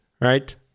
right